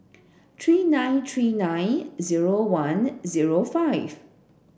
three nine three nine zero one zero five